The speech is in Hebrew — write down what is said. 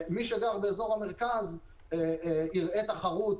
מי שגר באזור המרכז אומנם יראה תחרות